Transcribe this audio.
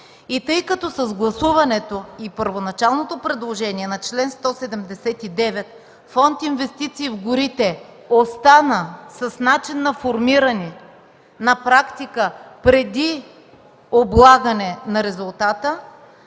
Тъй като с гласуването и първоначалното предложение по чл. 179 фонд „Инвестиции в горите” остана с начин на формиране на практика преди облагане на резултата,